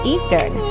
Eastern